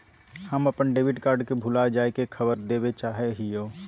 हम अप्पन debit card के भुला जाये के खबर देवे चाहे हियो